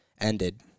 ended –